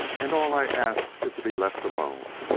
and all i ask is to be left alone!